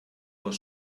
les